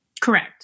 Correct